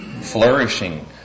flourishing